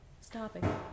stopping